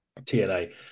TNA